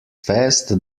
fest